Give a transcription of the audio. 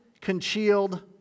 concealed